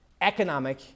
economic